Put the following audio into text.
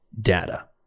data